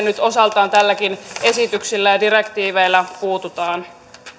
nyt osaltaan tälläkin esityksellä ja direktiiveillä puututaan